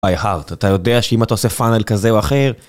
By heart אתה יודע שאם אתה עושה funnel כזה או אחר